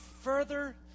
further